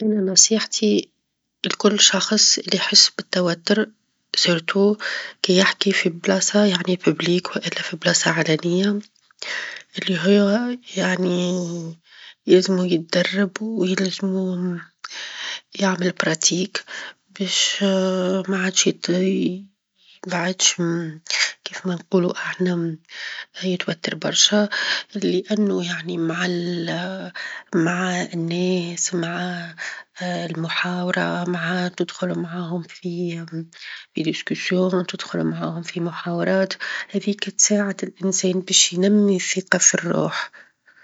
أنا نصيحتي لكل شخص اللي يحس بالتوتر، قبل كي يحكي في بلاصة، يعني فى بليك، والا في بلاصة علانية، اللي هو يعني يلزمه يتدرب، ويلزمه يعمل تدريبات باش ما عادش- ما عادش كيفما نقولو إحنا يتوتر برشا؛ لأنه يعني -مع- مع الناس مع المحاورة مع تدخل معاهم -في- في مناقشات، تدخل معاهم في محاورات، هذيك تساعد الإنسان باش ينمي ثقة في الروح.